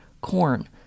corn